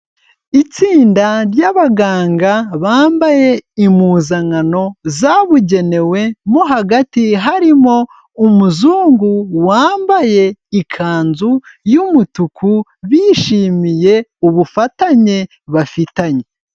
Itsinda ry'abaganga bambaye impuzankano zabugenewe, mo hagati harimo umuzungu wambaye ikanzu y'umutuku, bishimiye ubufatanye bafitanye.